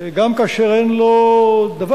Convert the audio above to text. גם כאשר אין לו דבר.